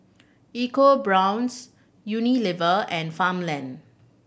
EcoBrown's Unilever and Farmland